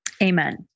Amen